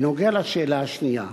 בנוגע לשאלה השנייה,